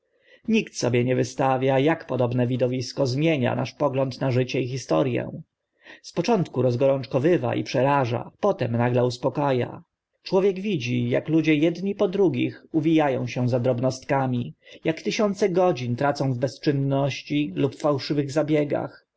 nikt sobie nie wystawia ak podobne widowisko zmienia nasz pogląd na życie i historię z początku rozgorączkowywa i przeraża potem nagle uspoka a człowiek widzi ak ludzie edni po drugich uwija ą się za drobnostkami ak tysiące godzin tracą w bezczynności lub fałszywych zabiegach